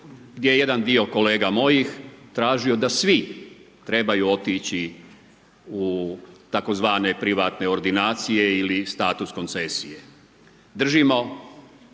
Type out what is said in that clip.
gdje je jedan dio kolega mojih tražio da svi trebaju otići u tzv. privatne ordinacije ili status koncesije. Držimo